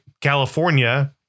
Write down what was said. California